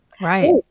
Right